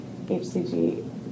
HCG